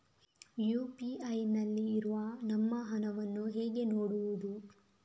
UPI ನಲ್ಲಿ ಇರುವ ನಮ್ಮ ಹಣವನ್ನು ಹೇಗೆ ನೋಡುವುದು?